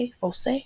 Fosse